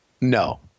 no